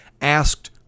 asked